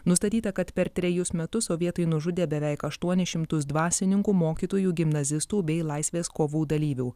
nustatyta kad per trejus metus sovietai nužudė beveik aštuonis šimtus dvasininkų mokytojų gimnazistų bei laisvės kovų dalyvių